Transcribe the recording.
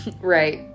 Right